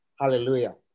Hallelujah